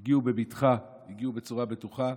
הם הגיעו בבטחה, הגיעו בצורה בטוחה,